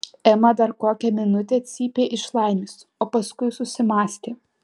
ema dar kokią minutę cypė iš laimės o paskui susimąstė